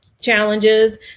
challenges